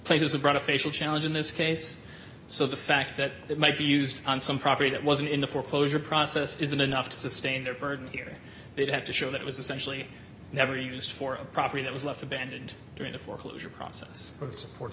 places abroad a facial challenge in this case so the fact that it might be used on some property that wasn't in the foreclosure process isn't enough to sustain their burden here they'd have to show that was essentially never used for a property that was left abandoned during the foreclosure process or supports